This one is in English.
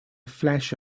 flash